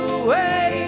away